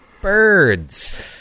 birds